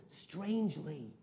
strangely